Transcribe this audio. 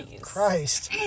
Christ